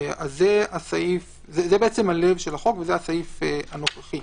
זה בעצם לב החוק וזה הסעיף הנוכחי.